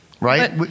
Right